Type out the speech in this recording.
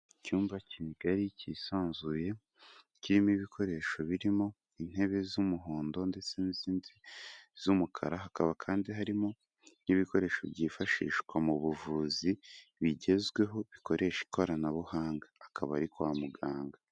Icyumba kigali cyisanzuye, kirimo ibikoresho birimo intebe z'umuhondo ndetse n'izindi z'umukara. hakaba kandi harimo n'ibikoresho byifashishwa mu buvuzi bigezweho, bikoresha ikoranabuhanga, akaba ari kwa muganga.